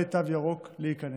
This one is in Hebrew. אך בעלי תו ירוק להיכנס.